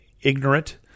ignorant